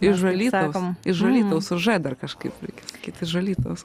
iž alytaus iž alytaus su ž dar kažkaip reikia sakyt iž alytaus